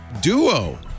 Duo